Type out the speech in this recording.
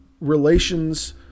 relations